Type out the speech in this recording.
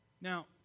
Now